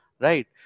right